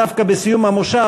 דווקא בסיום המושב,